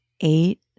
eight